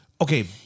Okay